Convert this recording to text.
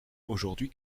aujourd’hui